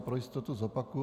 Pro jistotu to zopakuji.